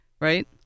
right